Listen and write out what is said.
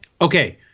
okay